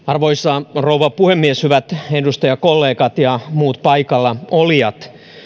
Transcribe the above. arvoisa rouva puhemies hyvät edustajakollegat ja muut paikalla olijat